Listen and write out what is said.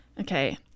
Okay